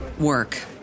work